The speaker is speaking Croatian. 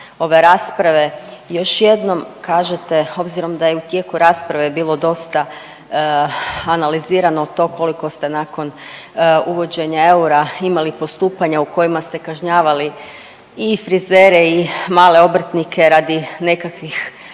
ove rasprave još jednom kažete obzirom da je u tijeku rasprave bilo dosta analizirano to koliko ste nakon uvođenja eura imali postupanja u kojima ste kažnjavali i frizere i male obrtnike radi nekakvih